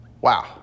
Wow